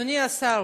אדוני השר,